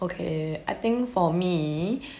okay I think for me